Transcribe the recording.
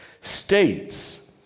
states